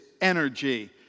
energy